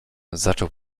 zaczął